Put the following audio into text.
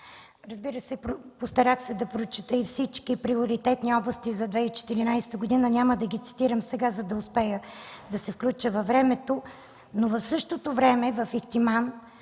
Разбира се, постарах се да прочета всички приоритетни области за 2014 г., няма да ги цитирам сега, за да успея да се включа във времето, но за същото време в Ихтиман,